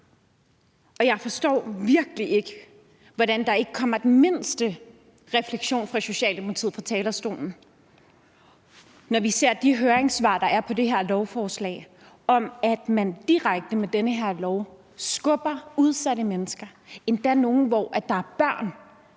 Jeg forstår virkelig ikke, hvordan der ikke kommer den mindste refleksion fra Socialdemokratiet fra talerstolen, når vi ser de høringssvar, der er til det her lovforslag, om, at man direkte med den her lov skubber udsatte mennesker, endda nogle med børn,